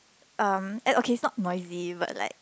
um and okay it's not noisy but like